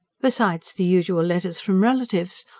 besides the usual letters from relatives,